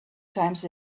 times